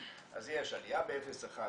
אז יש עלייה ב-0.1,